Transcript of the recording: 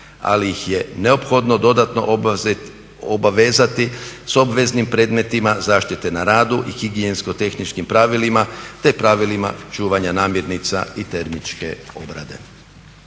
ali ih je neophodno dodatno obavezati s obveznim predmetima zaštite na radu i higijensko tehničkih pravilima te pravilima čuvanja namirnica i termičke obrade.